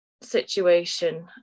situation